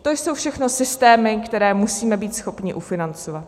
To jsou všechno systémy, které musíme být schopni ufinancovat.